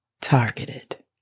targeted